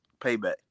Payback